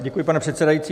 Děkuji, pane předsedající.